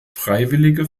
freiwillige